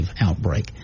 outbreak